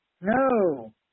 No